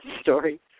Story